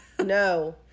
No